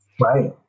Right